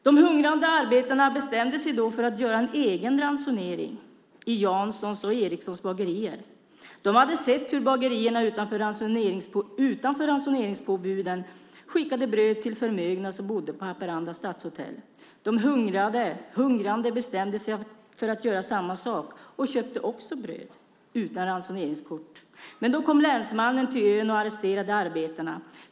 De hungrande arbetarna bestämde sig då för att göra en egen ransonering i Janssons och Erikssons bagerier. De hade sett hur bagerierna trots ransoneringspåbuden skickade bröd till förmögna som bodde på Haparanda stadshotell. De hungrande bestämde sig för att göra samma sak och köpte också bröd utan ransoneringskort. Men då kom länsmannen till ön och arresterade arbetarna.